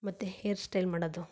ಮತ್ತು ಹೇರ್ಸ್ಟೈಲ್ ಮಾಡೋದು